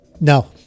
No